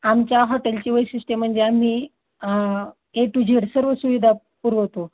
आमच्या हॉटेलची वैशिष्ट्य म्हणजे आम्ही ए टू झेड सर्व सुविधा पुरवतो